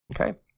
Okay